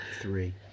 Three